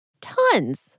Tons